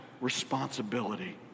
responsibility